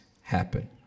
happen